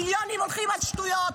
מיליונים הולכים על שטויות,